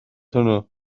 hwnnw